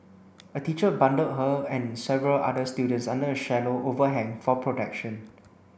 a teacher bundled her and several other students under a shallow overhang for protection